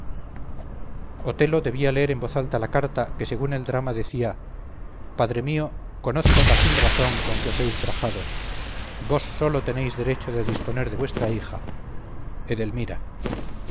madrid otelo debía leer en voz alta la carta que según el drama decía padre mío conozco la sin razón con que os he ultrajado vos sólo tenéis derecho de disponer de vuestra